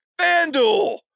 FanDuel